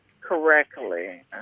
correctly